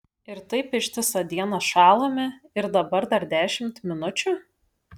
ir taip ištisą dieną šąlame ir dabar dar dešimt minučių